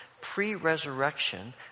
pre-resurrection